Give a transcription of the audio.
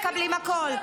הם היו מקבלים הכול?